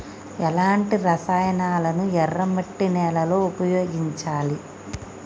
ఎలాంటి రసాయనాలను ఎర్ర మట్టి నేల లో ఉపయోగించాలి?